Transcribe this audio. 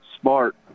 Smart